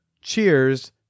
Cheers